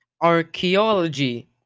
archaeology